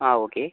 ആ ഓക്കെ